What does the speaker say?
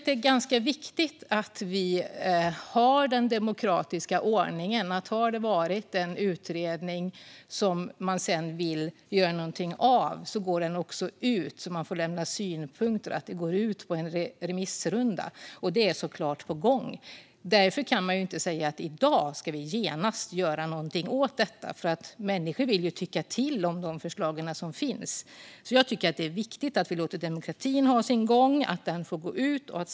Det är ganska viktigt att vi har den demokratiska ordning att en utredning som man vill göra någonting av ska gå ut på en remissrunda så att människor får lämna synpunkter. Det är såklart på gång. Därför kan man inte säga att vi i dag genast ska göra någonting åt detta. Människor vill tycka till om de förslag som finns. Det är viktigt att vi låter demokratin ha sin gång och att förslaget får gå ut på remiss.